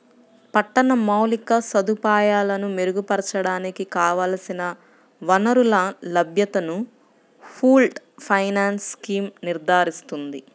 పట్టణ మౌలిక సదుపాయాలను మెరుగుపరచడానికి కావలసిన వనరుల లభ్యతను పూల్డ్ ఫైనాన్స్ స్కీమ్ నిర్ధారిస్తుంది